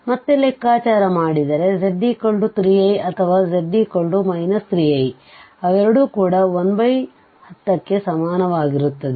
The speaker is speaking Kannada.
ಮತ್ತೆ ಲೆಕ್ಕಾಚಾರ ಮಾಡಿದರೆ z 3i ಅಥವಾ z 3i ಅವೆರಡೂ ಕೂಡ 110 ಕ್ಕೆ ಸಮನಾಗಿರುತ್ತದೆ